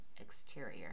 exterior